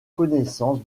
connaissance